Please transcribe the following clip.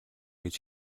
гэж